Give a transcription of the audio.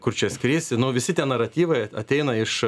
kur čia skrisi nu visi tie naratyvai a ateina iš